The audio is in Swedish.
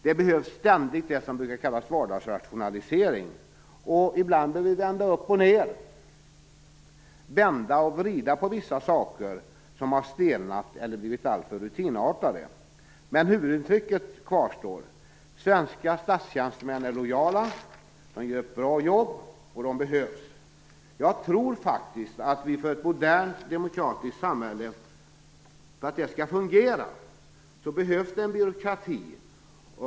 Det behövs ständigt det som brukar kallas för vardagsrationalisering. Ibland bör vi vända upp och ned, vända och vrida, på vissa saker som har stelnat eller blivit alltför rutinartade. Men huvudintrycket kvarstår: Svenska statstjänstemän är lojala, de gör ett bra jobb och de behövs. Jag tror faktiskt att för att ett modernt, demokratiskt samhälle skall fungera behövs det en byråkrati.